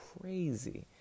crazy